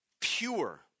pure